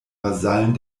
vasallen